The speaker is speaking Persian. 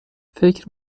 فکر